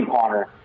Connor